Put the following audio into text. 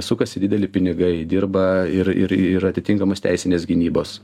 sukasi dideli pinigai dirba ir ir ir atitinkamos teisinės gynybos